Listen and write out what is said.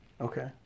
Okay